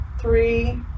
three